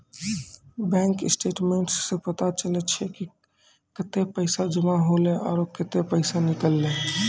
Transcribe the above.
bank statements सें पता चलै छै कि कतै पैसा जमा हौले आरो कतै पैसा निकललै